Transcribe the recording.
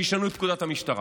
שישנו את פקודת המשטרה.